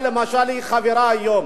הממשלה, למשל, היא חברה היום,